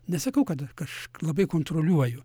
nesakau kad a kašk labai kontroliuoju